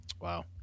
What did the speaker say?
Wow